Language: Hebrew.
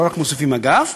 לא רק מוסיפים אגף,